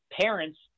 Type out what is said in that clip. parents